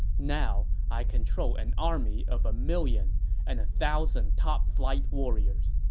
now, i control an army of a million and a thousand top-flight warriors.